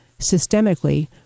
systemically